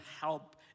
help